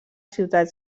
ciutats